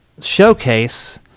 showcase